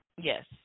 Yes